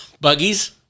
buggies